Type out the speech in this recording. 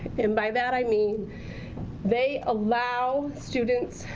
and by that i mean they allow students